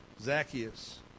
zacchaeus